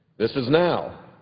this is now.